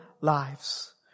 lives